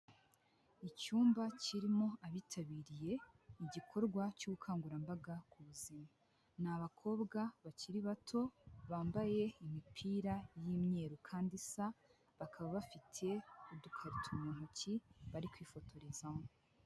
Icyumba kirimo abitabiriye igikorwa cy'ubukangurambaga ku buzima. Ni abakobwa bakiri bato bambaye imipira y'imyeru kandi isa, bakaba bafite udukarito mu ntoki bari kwifotorezamo.